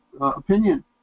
opinion